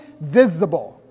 Visible